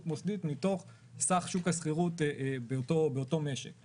מוסדית מתוך סך שוק השכירות באותו משק.